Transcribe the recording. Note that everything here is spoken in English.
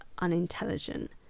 unintelligent